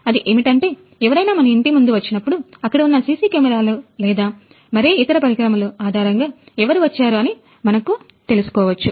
అది ఏమిటంటే ఎవరైనా మన ఇంటి ముందుకు వచ్చినప్పుడు అక్కడ ఉన్న సీసీ కెమెరాల లేదా మరే ఇతర పరికరములు ఆధారంగా ఎవరు వచ్చారు అని మనము తెలుసుకోవచ్చు